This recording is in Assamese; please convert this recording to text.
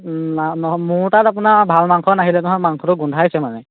নহয় মোৰ তাত আপোনাৰ ভাল মাংস নাহিলে নহয় মাংসটো গোন্ধাইছে মানে